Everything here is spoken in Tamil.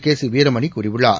கேசி வீரமணி கூறியுள்ளார்